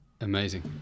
Amazing